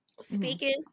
speaking